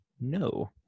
No